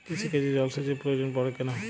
কৃষিকাজে জলসেচের প্রয়োজন পড়ে কেন?